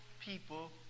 people